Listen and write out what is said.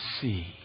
see